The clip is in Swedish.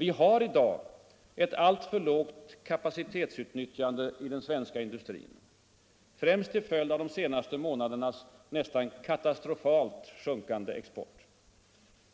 Vi har i dag ett alltför lågt kapacitetsutnyttjande i den svenska industrin, främst till följd av de senaste månadernas nästan katastrofalt sjunkande export.